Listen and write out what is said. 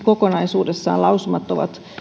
kokonaisuudessaan ovat